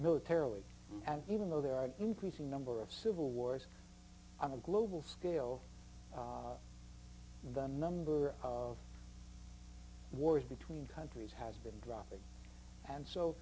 militarily and even though there are an increasing number of civil wars on a global scale the number of wars between countries has been dropping and so